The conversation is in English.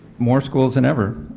more schools than ever.